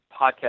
podcast